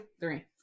three